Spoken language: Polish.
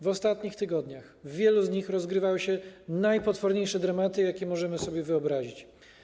W ostatnich tygodniach w wielu z nich rozgrywały się najpotworniejsze dramaty, jakie możemy sobie wyobrazić.